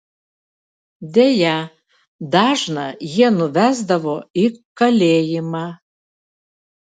deja dažną jie nuvesdavo į kalėjimą